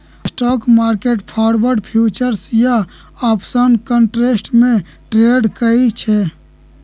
stock market forward, futures या option contracts में trade करई छई